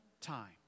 time